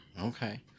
Okay